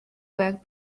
work